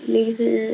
Laser